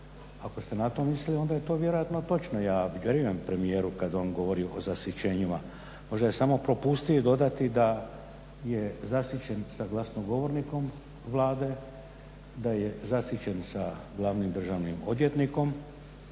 Ako ste na to mislili onda je to vjerojatno točno. Ja vjerujem premijeru kad on govori o zasićenjima. Možda je samo propustio dodati da je zasićen sa glasnogovornikom Vlade, da je zasićen sa glavnim državnim odvjetnikom,